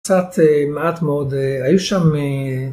קצת מעט מאוד היו שם